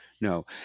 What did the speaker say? no